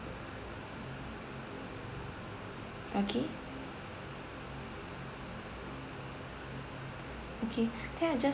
okay okay okay I'll just